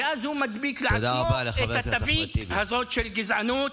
ואז הוא מדביק לעצמו את התווית הזאת של גזענות.